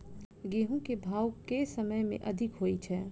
गेंहूँ केँ भाउ केँ समय मे अधिक होइ छै?